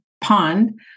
pond